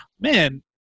man